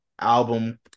album